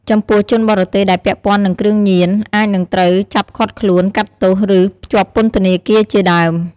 ចំពោះ ជនបរទេសដែលពាក់ព័ន្ធនឹងគ្រឿងញៀនអាចនិងត្រូវចាប់ឃាត់ខ្លួន កាត់ទោស ឬ ជាប់ពន្ធធនាគារជាដើម។